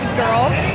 girls